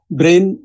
brain